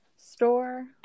store